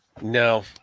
No